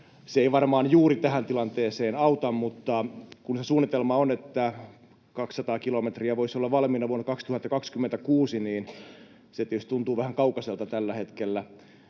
Se ei varmaan juuri tähän tilanteeseen auta, mutta kun se suunnitelma on, että 200 kilometriä voisi olla valmiina vuonna 2026, niin se tietysti tuntuu vähän kaukaiselta tällä hetkellä.